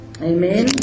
Amen